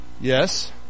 Yes